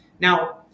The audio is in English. Now